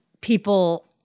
people